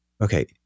okay